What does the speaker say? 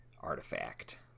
artifact